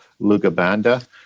Lugabanda